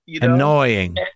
Annoying